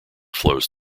flows